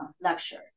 lecture